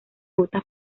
rutas